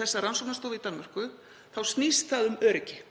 þessa rannsóknastofu í Danmörku þá snýst það um öryggi.